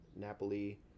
Napoli